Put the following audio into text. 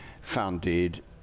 founded